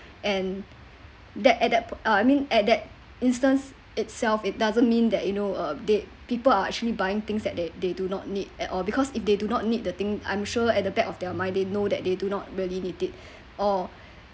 and that added uh I mean at that instance itself it doesn't mean that you know uh they people are actually buying things that they they do not need at all because if they do not need the thing I'm sure at the back of their mind they know that they do not really need it or